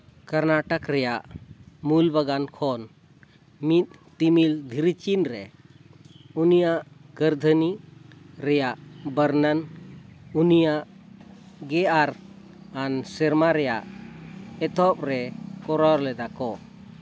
ᱠᱟᱨᱱᱟᱴᱚᱠ ᱨᱮᱭᱟᱜ ᱢᱩᱞ ᱵᱟᱜᱟᱱ ᱠᱷᱚᱱ ᱢᱤᱫ ᱛᱤᱢᱤᱞ ᱫᱷᱤᱨᱤ ᱪᱤᱱ ᱨᱮ ᱩᱱᱤᱭᱟᱜ ᱠᱟᱹᱨᱫᱷᱟᱱᱤ ᱨᱮᱱᱟᱜ ᱵᱚᱨᱱᱚᱱ ᱩᱱᱤᱭᱟᱜ ᱜᱮᱟᱨ ᱟᱱ ᱥᱮᱨᱢᱟ ᱨᱮᱭᱟᱜ ᱮᱛᱚᱦᱚᱵ ᱨᱮ ᱠᱚᱨᱟᱣ ᱞᱮᱫᱟ ᱠᱚ